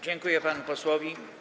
Dziękuję panu posłowi.